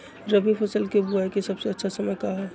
रबी फसल के बुआई के सबसे अच्छा समय का हई?